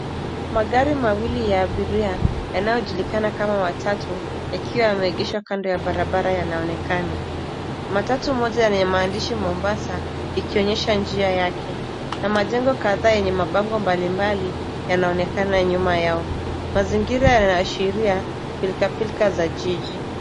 Magari mawili ya abiria, yanayojulikana kama matatu, yakiwa yameegeshwa kando ya barabara yanaonekana. Matatu moja yenye maandishi mombasa ikionyesha njia yake na majengo kadhaa yenye mabango mbalimbali yanaonekana nyuma yao. Mazingira yanaashiria pilkapilka ya jiji.